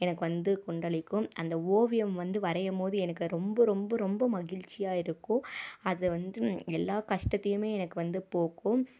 எனக்கு வந்து கொந்தளிக்கும் அந்த ஓவியம் வந்து வரையும் போது எனக்கு ரொம்ப ரொம்ப ரொம்ப மகிழ்ச்சியாக இருக்கும் அது வந்து எல்லா கஷ்டத்தையுமே எனக்கு வந்து போக்கும்